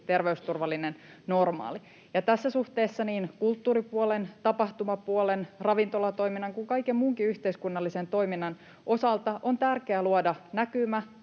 terveysturvallinen normaali. Tässä suhteessa niin kulttuuripuolen, tapahtumapuolen, ravintolatoiminnan kuin kaiken muunkin yhteiskunnallisen toiminnan osalta on tärkeää luoda näkymä,